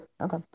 Okay